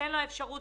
תינתן האפשרות